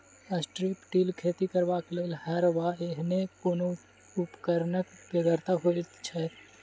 strip till खेती करबाक लेल हर वा एहने कोनो उपकरणक बेगरता होइत छै